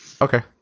Okay